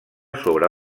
sobre